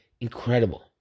incredible